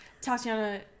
Tatiana